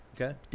Okay